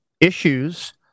issues